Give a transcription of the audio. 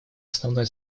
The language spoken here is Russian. основной